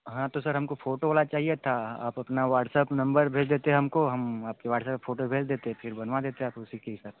हाँ तो सर हमको फोटो वाला चाहिए था आप अपना व्हाट्सएप नंबर भेज देते हमको हम आपके व्हाट्सएप पर फोटो भेज देते फ़िर बनवा देते आप उसी के हिसाब से